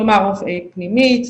כלומר רופאי פנימית,